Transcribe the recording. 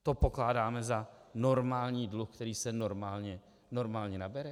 To pokládáme za normální dluh, který se normálně nabere?